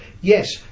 Yes